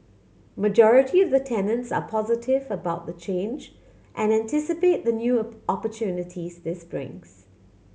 majority of the tenants are positive about the change and anticipate the new opportunities this brings